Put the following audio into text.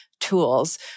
tools